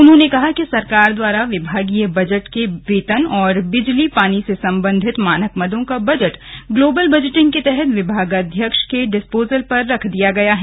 उन्होंने कहा कि सरकार द्वारा विभागीय बजट के वेतन और बिजली पानी से संबंधित मानक मदों का बजट ग्लोबल बजटिंग के तहत विभागाध्यक्ष के डिस्पोजल पर रख दिया गया है